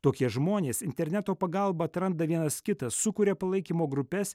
tokie žmonės interneto pagalba atranda vienas kitą sukuria palaikymo grupes